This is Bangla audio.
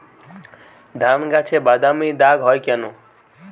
ধানগাছে বাদামী দাগ হয় কেন?